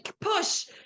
push